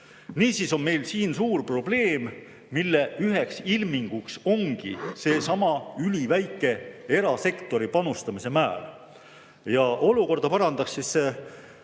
Niisiis on meil siin suur probleem, mille üheks ilminguks ongi seesama üliväike erasektori panustamine. Olukorda parandaks mainitud